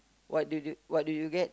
what do you do what do you get